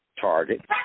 Target